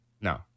No